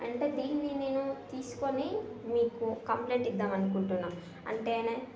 అంటే దీన్ని నేను తీసుకొని మీకు కంప్లైంట్ ఇద్దామని అనుకుంటున్నాను అంటే ఆయన